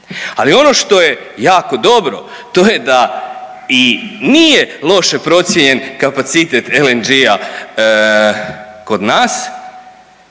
Ali ono što je jako dobro to je da i nije loše procijenjen kapacitet LNG-a kod nas